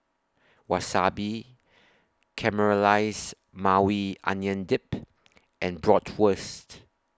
Wasabi Caramelized Maui Onion Dip and Bratwurst